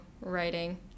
writing